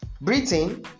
Britain